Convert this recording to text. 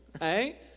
right